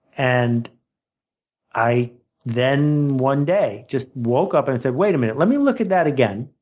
and i then, one day, just woke up and said wait a minute, let me look at that again.